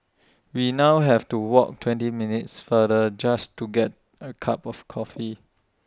we now have to walk twenty minutes further just to get A cup of coffee